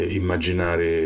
immaginare